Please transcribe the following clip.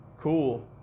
cool